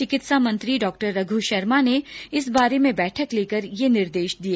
विकित्सा मंत्री डॉ रघ् शर्मा ने इस बारे में बैठक लेकर ये निर्देश दिए